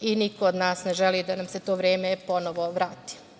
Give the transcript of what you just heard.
i niko od nas ne želi da nam se to vreme ponovo vrati. Svoje